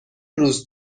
روز